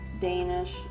Danish